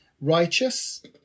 righteous